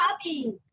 happy